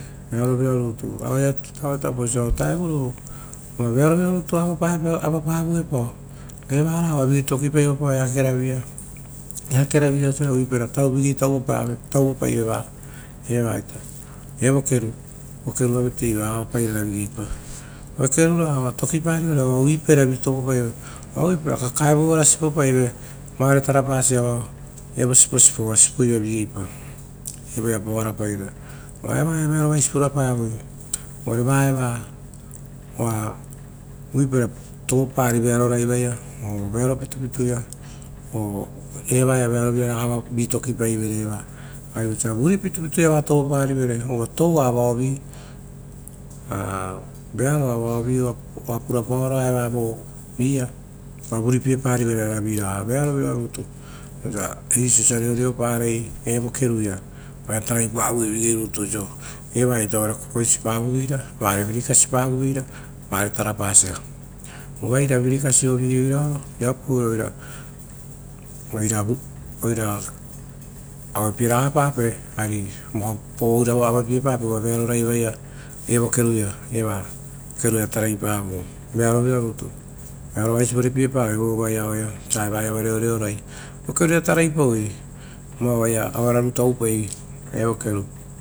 Vearovira rutu aue tapo osia ovutarova oaia vearovira rutu avaporoepao evara oaraga vegei tokipaepao eakeroviia oara pura paoepao uvuipai ravi tauvapai ve va eva ita evo keru oai vateiva pogara pairara vegeipa. Eva oa uvuipe ra tokipaive ora kakaeivare sipo paive vare tarapaso evo siposipo aoa sipoiva vigei pa, evoia pogarapairaa, uva eva ia vearovaisi purapavo va eva oa uvai para tovopari vearo raivaia uva eva vearo riraraga vitokipaivere evaia. Rari vosia vuri pitupitu ia va puraparivere ra toua vuripevao vivaro. Viraga vavuripi parivere, eisi vearovira rutu, oisia eisi osia reoreoara evo keruia oaia tarai pavo vigei rutu evaia ita oaia ora ko posivaviveira vare tarapasia uva eisa virikasi iri veapaara oira ruripiepape ari oira auepiepape vearo raivaia. Evo keruia eva oaia taraipavo. vearo vaisi vore pie pa evaia voovaeaia osia reoreorai. Vokeru ia taraipa oaia ora rava rutu oupai.